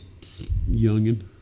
Youngin